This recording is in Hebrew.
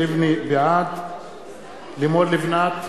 בעד לימור לבנת,